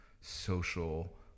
social